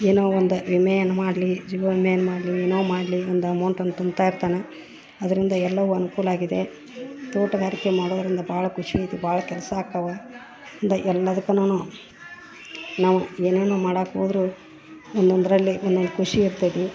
ಏನೋ ಒಂದು ವಿಮೆಯನ್ ಮಾಡಲಿ ಜೀವ ವಿಮೆಯನ್ ಮಾಡಲಿ ಏನೊ ಮಾಡಲೊ ಒಂದು ಅಮೌಂಟನ ತುಂಬ್ತ ಇರ್ತನ ಅದರಿಂದ ಎಲ್ಲವು ಅನ್ಕೂಲ ಆಗಿದೆ ತೋಟಗಾರಿಕೆ ಮಾಡೋದರಿಂದ ಭಾಳ ಖುಷಿ ಐತಿ ಭಾಳ ಕೆಲಸ ಆಗ್ತವ ದೈ ಎಲ್ಲಾದುಕ್ಕುನುನು ನಾವು ಏನೇನೋ ಮಾಡಾಕೆ ಹೋದರೂ ಒಂದೊಂದ್ರಲ್ಲಿ ಒಂದೊಂದ್ ಖುಷಿ ಇರ್ತೈತಿ